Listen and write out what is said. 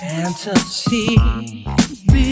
Fantasy